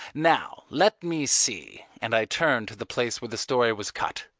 now, let me see, and i turned to the place where the story was cut,